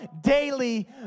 daily